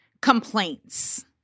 complaints